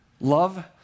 Love